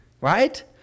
right